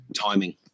timing